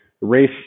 race